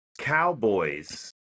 Cowboys